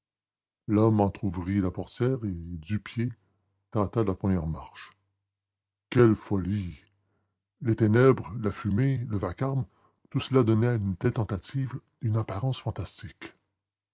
l'homme entr'ouvrit la portière et du pied tâta la première marche quelle folie les ténèbres la fumée le vacarme tout cela donnait à une telle tentative une apparence fantastique